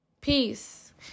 Peace